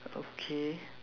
okay